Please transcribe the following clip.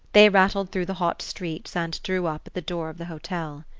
they rattled through the hot streets and drew up at the door of the hotel.